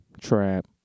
trap